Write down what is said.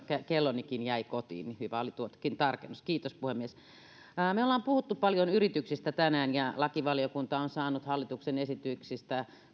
kellonikin jäi kotiin joten hyvä oli tuokin tarkennus kiitos puhemies me olemme puhuneet paljon yrityksistä tänään ja lakivaliokunta on saanut hallituksen esityksistä